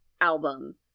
album